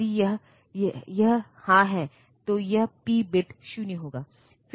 यदि यह हां है तो यह पी बिट 0 होगा